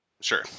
Sure